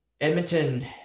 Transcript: Edmonton